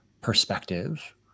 perspective